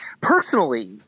personally